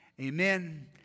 Amen